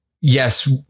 Yes